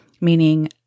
meaning